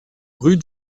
rue